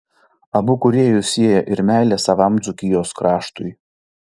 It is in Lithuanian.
abu kūrėjus sieja ir meilė savam dzūkijos kraštui